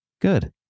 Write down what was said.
Good